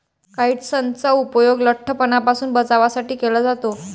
काइट्सनचा उपयोग लठ्ठपणापासून बचावासाठी केला जातो